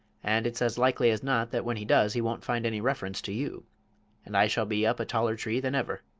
and it's as likely as not that when he does he won't find any reference to you and i shall be up a taller tree than ever!